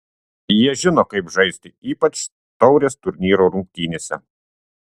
jie žino kaip žaisti ypač taurės turnyro rungtynėse